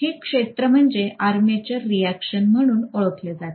हे क्षेत्र म्हणजे आर्मेचर रिएक्शन म्हणून ओळखले जाते